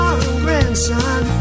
grandson